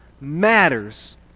matters